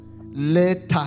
Later